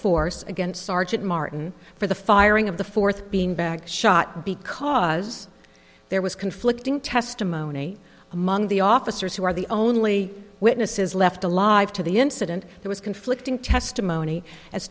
force against sergeant martin for the firing of the fourth being back shot because there was conflicting testimony among the officers who were the only witnesses left alive to the incident it was conflicting testimony as